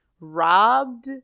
robbed